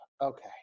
Okay